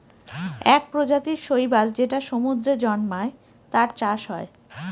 এক প্রজাতির শৈবাল যেটা সমুদ্রে জন্মায়, তার চাষ হয়